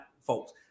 folks